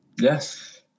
Yes